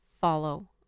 follow